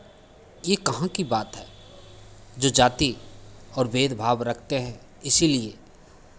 ये कहाँ की बात है जो जाति और भेदभाव रखते हैं इसीलिए